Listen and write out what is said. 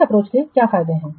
इस अप्रोच में क्या फायदे हैं